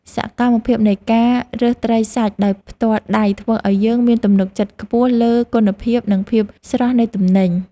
សកម្មភាពនៃការរើសត្រីសាច់ដោយផ្ទាល់ដៃធ្វើឱ្យយើងមានទំនុកចិត្តខ្ពស់លើគុណភាពនិងភាពស្រស់នៃទំនិញ។